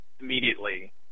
immediately